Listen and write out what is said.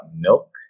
milk